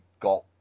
got